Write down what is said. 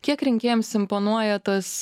kiek rinkėjams imponuoja tas